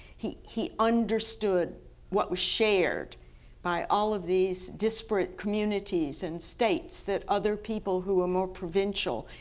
he he understood what was shared by all of these disparate communities and states that other people who were more provincial,